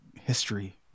history